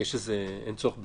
אין צורך בתיעוד?